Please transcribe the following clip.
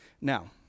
Now